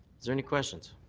is there any questions?